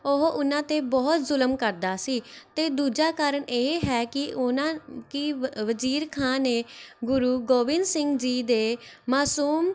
ਉਹ ਉਹਨਾਂ 'ਤੇ ਬਹੁਤ ਜ਼ੁਲਮ ਕਰਦਾ ਸੀ ਅਤੇ ਦੂਜਾ ਕਾਰਨ ਇਹ ਹੈ ਕਿ ਉਹਨਾਂ ਕੀ ਵ ਵਜ਼ੀਰ ਖ਼ਾਂ ਨੇ ਗੁਰੂ ਗੋਬਿੰਦ ਸਿੰਘ ਜੀ ਦੇ ਮਾਸੂਮ